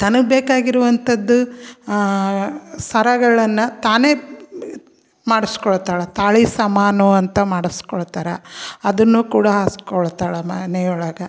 ತನಗೆ ಬೇಕಾಗಿರುವಂಥದ್ದು ಸರಗಳನ್ನು ತಾನೇ ಮಾಡಿಸ್ಕೊಳ್ತಾಳ ತಾಳಿ ಸಾಮಾನು ಅಂತ ಮಾಡ್ಸ್ಕೊಳ್ತಾರೆ ಅದನ್ನು ಕೂಡ ಹಾಸ್ಕೊಳ್ಳಾತ್ತಾಳ ಮನೆ ಒಳಗೆ